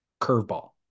curveball